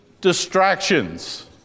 distractions